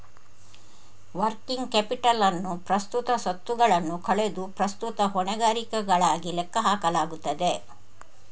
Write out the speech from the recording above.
working capital ಅನ್ನು ಪ್ರಸ್ತುತ ಸ್ವತ್ತುಗಳನ್ನು ಕಳೆದು ಪ್ರಸ್ತುತ ಹೊಣೆಗಾರಿಕೆಗಳಾಗಿ ಲೆಕ್ಕ ಹಾಕಲಾಗುತ್ತದೆ